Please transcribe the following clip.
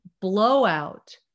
blowout